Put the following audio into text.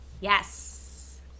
Yes